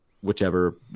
whichever